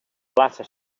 plaça